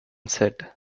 said